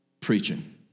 preaching